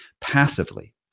passively